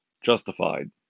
justified